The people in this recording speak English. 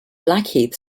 blackheath